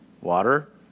water